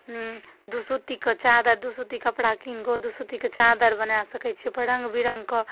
हुँ दुसुत्तीके चादर दुसुत्ती कपड़ा किनिकऽ दुसुत्तीके चादर बना सकै छी ओहिपर रङ्गबिरङ्गके